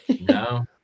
No